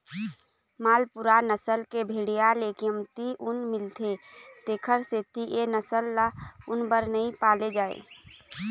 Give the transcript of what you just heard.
मालपूरा नसल के भेड़िया ले कमती ऊन मिलथे तेखर सेती ए नसल ल ऊन बर नइ पाले जाए